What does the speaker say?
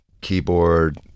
keyboard